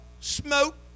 smoke